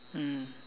mm